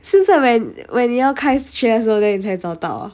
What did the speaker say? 现在 when when 你要开学的时候 then 你才找到 ah